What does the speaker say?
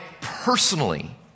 personally